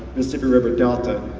mississippi river delta.